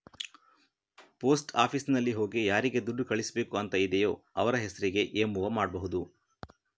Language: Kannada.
ಪೋಸ್ಟ್ ಆಫೀಸಿನಲ್ಲಿ ಹೋಗಿ ಯಾರಿಗೆ ದುಡ್ಡು ಕಳಿಸ್ಬೇಕು ಅಂತ ಇದೆಯೋ ಅವ್ರ ಹೆಸರಿಗೆ ಎಂ.ಒ ಮಾಡ್ಬಹುದು